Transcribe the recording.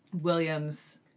Williams